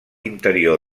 interior